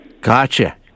Gotcha